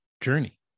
journey